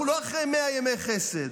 אנחנו לא אחרי 100 ימי חסד,